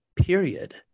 period